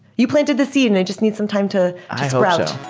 you planted the seed and it just needs some time to sprout